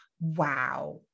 wow